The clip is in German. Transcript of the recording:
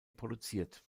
produziert